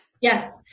yes